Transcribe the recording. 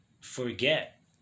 forget